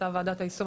הייתה ועד היישום,